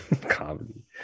Comedy